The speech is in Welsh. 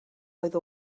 oedd